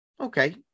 okay